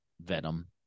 Venom